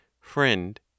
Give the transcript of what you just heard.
FRIEND